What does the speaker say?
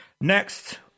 Next